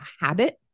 habit